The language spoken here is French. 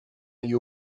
aille